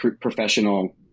professional